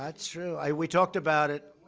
ah true. i we talked about it.